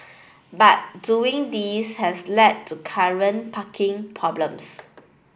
but doing this has led to current parking problems